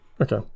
Okay